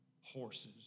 horses